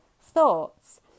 thoughts